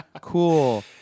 cool